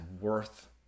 worth